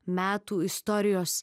metų istorijos